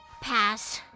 pass!